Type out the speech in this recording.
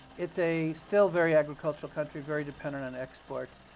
it's a still very agricultural country, very dependent on exports.